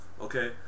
okay